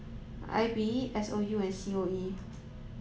I B S O U and C O E